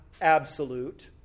absolute